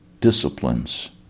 disciplines